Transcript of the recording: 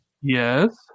Yes